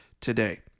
today